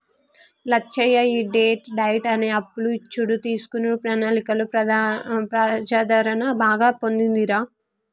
లచ్చయ్య ఈ debt diet అనే అప్పులు ఇచ్చుడు తీసుకునే ప్రణాళికలో ప్రజాదరణ బాగా పొందిందిరా